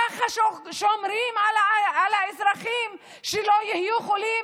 ככה שומרים על האזרחים שלא יהיו חולים?